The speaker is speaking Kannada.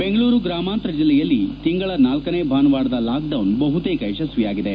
ಬೆಂಗಳೂರು ಗ್ರಾಮಾಂತರ ಜಿಲ್ಲೆಯಲ್ಲಿ ತಿಂಗಳ ನಾಲ್ಕನೇ ಭಾನುವಾರದ ಲಾಕ್ಡೌನ್ ಬಹುತೇಕ ಯಶಸ್ವಿಯಾಗಿದೆ